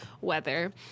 weather